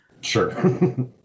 Sure